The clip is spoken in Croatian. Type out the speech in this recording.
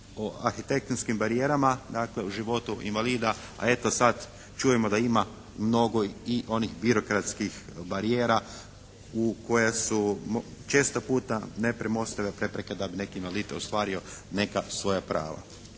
o arhitektonskim barijerama, dakle o životu invalida, a eto sad čujemo da ima mnogo i onih birokratskih barijera u koje su često puta nepremostive prepreke da bi neki invalid ostvario neka svoja prava.